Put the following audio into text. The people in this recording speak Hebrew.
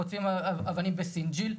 חוטפים אבנים בסינג'יל,